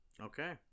okay